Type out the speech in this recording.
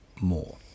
more